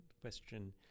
question